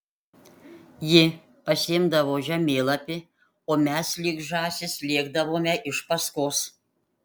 ji pasiimdavo žemėlapį o mes lyg žąsys lėkdavome iš paskos